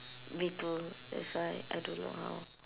me too that's why I don't know how